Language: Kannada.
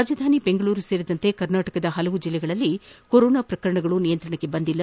ರಾಜಧಾನಿ ಬೆಂಗಳೂರು ಸೇರಿದಂತೆ ಕರ್ನಾಟಕದ ಹಲವು ಜಿಲ್ಲೆಗಳಲ್ಲಿ ಕೊರೊನಾ ಪ್ರಕರಣಗಳು ನಿಯಂತ್ರಣಕ್ಕೆ ಬಂದಿಲ್ಲ